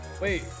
Wait